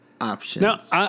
options